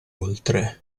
oltre